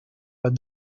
but